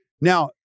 Now